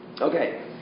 Okay